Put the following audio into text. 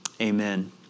Amen